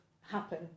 happen